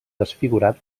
desfigurat